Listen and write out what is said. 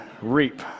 reap